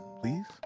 please